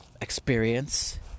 experience